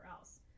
else